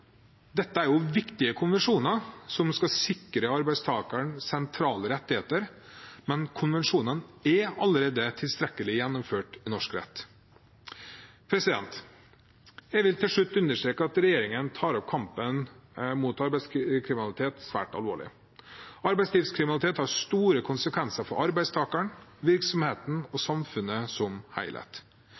Dette er viktige konvensjoner som skal sikre arbeidstakerne sentrale rettigheter, men konvensjonene er allerede tilstrekkelig gjennomført i norsk rett. Jeg vil til slutt understreke at regjeringen tar kampen mot arbeidslivskriminalitet svært alvorlig. Arbeidslivskriminalitet har store konsekvenser for arbeidstakerne, virksomhetene og samfunnet som